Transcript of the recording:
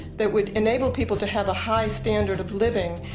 that would enable people to have a high standard of living,